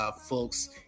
folks